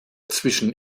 zwischen